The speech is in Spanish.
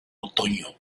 otoño